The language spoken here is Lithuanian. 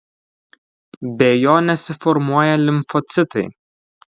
be jo nesiformuoja limfocitai